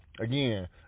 again